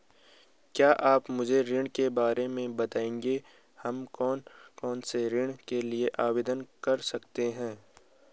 क्या आप मुझे ऋण के बारे में बताएँगे हम कौन कौनसे ऋण के लिए आवेदन कर सकते हैं?